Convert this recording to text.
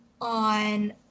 on